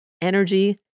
energy